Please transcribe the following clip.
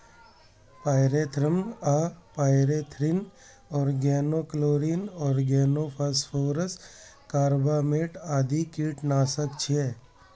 pyrethrum आ pyrethrin, organochlorine, organophosphorus, carbamate आदि कीटनाशक छियै